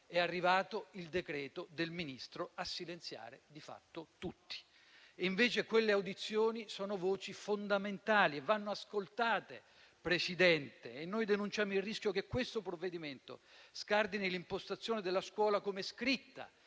è arrivato il decreto del Ministro a silenziare, di fatto, tutti. Invece quelle audizioni sono voci fondamentali e vanno ascoltate, signor Presidente. Noi denunciamo il rischio che questo provvedimento scardini l'impostazione della scuola com'è scritta